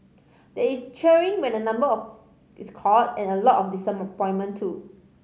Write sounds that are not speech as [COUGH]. there is cheering when a number of is called and a lot of [UNINTELLIGIBLE] too